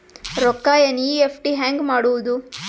ರೊಕ್ಕ ಎನ್.ಇ.ಎಫ್.ಟಿ ಹ್ಯಾಂಗ್ ಮಾಡುವುದು?